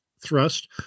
thrust